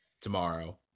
tomorrow